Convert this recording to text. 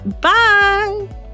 Bye